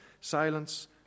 silence